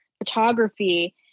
Photography